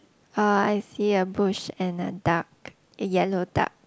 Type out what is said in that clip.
uh I see a bush and a duck a yellow duck